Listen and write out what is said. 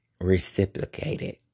reciprocated